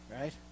Right